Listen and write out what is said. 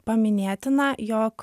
paminėtina jog